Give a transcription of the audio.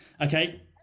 okay